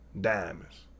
diamonds